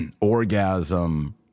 orgasm